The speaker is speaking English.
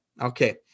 Okay